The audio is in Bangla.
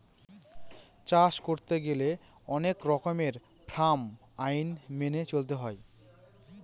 চাষ করতে গেলে অনেক রকমের ফার্ম আইন মেনে চলতে হয়